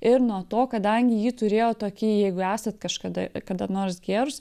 ir nuo to kadangi ji turėjo tokį jeigu esat kažkada kada nors gėrus